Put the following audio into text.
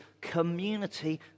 community